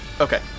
Okay